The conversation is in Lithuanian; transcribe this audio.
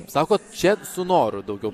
sakot čia su noru daugiau